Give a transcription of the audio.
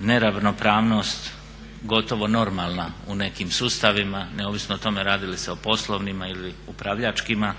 neravnopravnost gotovo normalna u nekim sustavima neovisno o tome radi li se o poslovnima ili upravljačkima